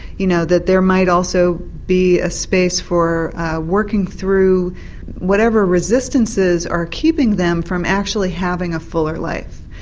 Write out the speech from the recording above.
you know that there might also be a space for working through whatever resistances are keeping them from actually having a fuller life.